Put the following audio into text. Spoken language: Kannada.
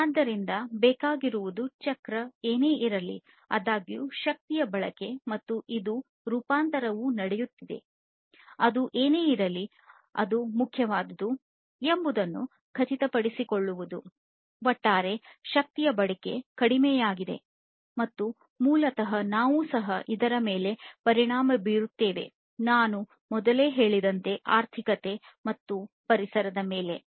ಆದ್ದರಿಂದ ಬೇಕಾಗಿರುವುದು ಚಕ್ರ ಏನೇ ಇರಲಿ ಆದಾಗ್ಯೂ ಶಕ್ತಿಯ ಬಳಕೆ ಮತ್ತು ಇದು ರೂಪಾಂತರವು ನಡೆಯುತ್ತದೆ ನಾನು ಮೊದಲೇ ಹೇಳಿದಂತೆ ಆರ್ಥಿಕತೆ ಮತ್ತು ಪರಿಸರ ಮೇಲೆ ಪರಿಣಾಮ ಬೀರುತ್ತೇವೆ ಅದು ಏನೇ ಇರಲಿ ಒಟ್ಟಾರೆ ಶಕ್ತಿಯ ಬಳಕೆ ಕಡಿಮೆ ಆಗಬೇಕು